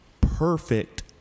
perfect